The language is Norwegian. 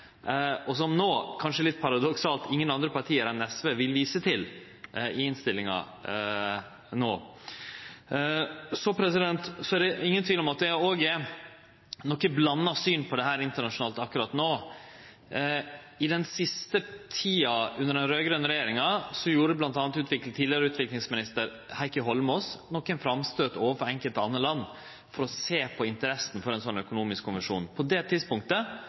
men som no, kanskje litt paradoksalt, ingen andre parti enn SV vil vise til i innstillinga. Det er ingen tvil om at det er eit litt blanda syn på dette internasjonalt akkurat no. I den siste tida under den raud-grøne regjeringa gjorde bl.a. tidlegare utviklingsminister Heikki Eidsvoll Holmås nokre framstøyt overfor enkelte andre land for å sjå på interessa for ein slik økonomisk konvensjon. På det tidspunktet